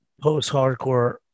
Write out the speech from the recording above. post-hardcore